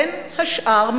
בין השאר,